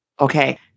Okay